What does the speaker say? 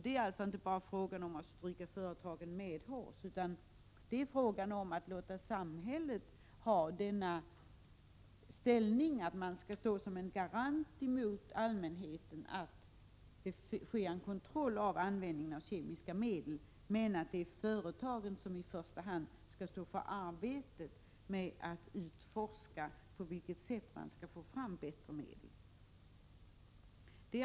Det är alltså inte fråga om att stryka företagen medhårs utan om att låta samhället ha den ställningen att det gentemot allmänheten står som en garant för att det sker en kontroll av användningen av kemiska medel. Det är emellertid företagen som i första hand skall stå för arbetet med att utforska på vilket sätt man skall få fram bättre medel.